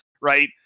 right